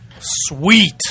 sweet